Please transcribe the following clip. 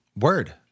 Word